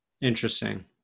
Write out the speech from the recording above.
Interesting